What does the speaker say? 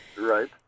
Right